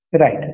Right